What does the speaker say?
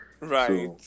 Right